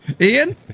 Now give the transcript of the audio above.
Ian